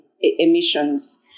emissions